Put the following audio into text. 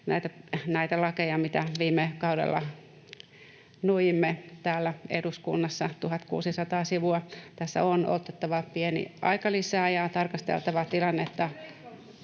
näitä lakeja, mitä viime kaudella nuijimme täällä eduskunnassa 1 600 sivua. Tässä on otettava pieni aikalisä ja tarkasteltava tilannetta